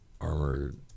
armored